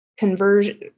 Conversion